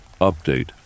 Update